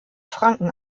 franken